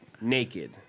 naked